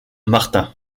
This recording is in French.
martin